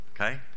okay